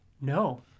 No